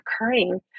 occurring